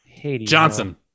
Johnson